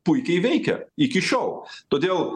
puikiai veikia iki šiol todėl